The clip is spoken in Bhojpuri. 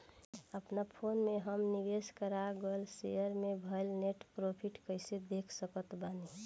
अपना फोन मे हम निवेश कराल गएल शेयर मे भएल नेट प्रॉफ़िट कइसे देख सकत बानी?